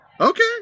Okay